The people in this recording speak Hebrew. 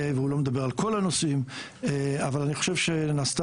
הוא לא מדבר על כל הנושאים אבל אני חושב שנעשתה